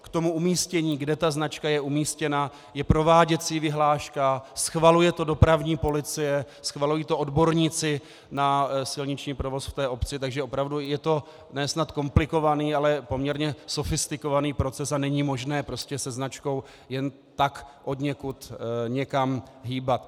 K tomu umístění, kde ta značka je umístěna, je prováděcí vyhláška, schvaluje to dopravní policie, schvalují to odborníci na silniční provoz v obci, takže opravdu je to ne snad komplikovaný, ale poměrně sofistikovaný proces a není možné se značkou jen tak odněkud někam hýbat.